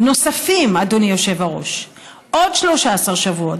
נוספים, אדוני היושב-ראש, עוד 13 שבועות.